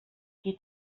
qui